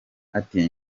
ati